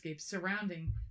surrounding